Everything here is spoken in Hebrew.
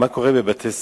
מה קורה בבתי-ספר,